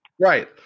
Right